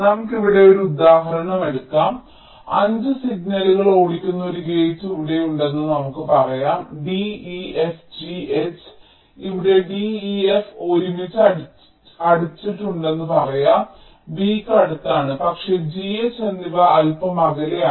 നമുക്ക് ഇവിടെ ഒരു ഉദാഹരണം എടുക്കാം 5 സിഗ്നലുകൾ ഓടിക്കുന്ന ഒരു ഗേറ്റ് ഇവിടെയുണ്ടെന്ന് നമുക്ക് പറയാം d e f g h ഇവിടെ d e f ഒരുമിച്ച് അടച്ചിട്ടുണ്ടെന്ന് പറയാം v ക്ക് അടുത്താണ് പക്ഷേ g h എന്നിവ അൽപ്പം അകലെയാണ്